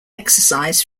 exercise